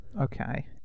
Okay